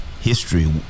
history